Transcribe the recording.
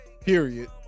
period